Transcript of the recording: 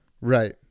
Right